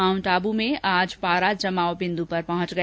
mount Abu में आज पारा जमाव बिन्दु पर पहुंच गया